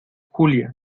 julia